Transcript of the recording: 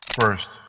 First